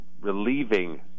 relieving